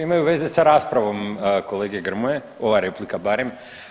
Imaju veze sa raspravom kolege Grmoje, ova replika barem.